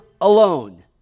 alone